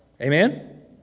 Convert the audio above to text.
Amen